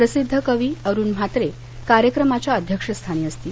प्रसिद्ध कवी अरूण म्हात्रे कार्यक्रमाच्या अध्यक्षस्थानी असतील